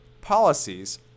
policies